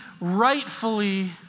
rightfully